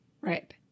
Right